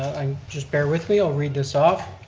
just bear with me, i'll read this off.